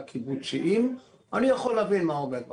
קיבוציים - אני יכול להבין מה עומד מאחוריו,